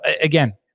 again